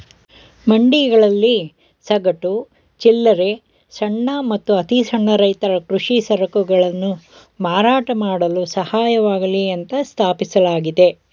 ಮಂಡಿಗಳಲ್ಲಿ ಸಗಟು, ಚಿಲ್ಲರೆ ಸಣ್ಣ ಮತ್ತು ಅತಿಸಣ್ಣ ರೈತರ ಕೃಷಿ ಸರಕುಗಳನ್ನು ಮಾರಾಟ ಮಾಡಲು ಸಹಾಯವಾಗ್ಲಿ ಅಂತ ಸ್ಥಾಪಿಸಲಾಗಿದೆ